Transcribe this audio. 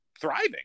thriving